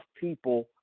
people